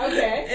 Okay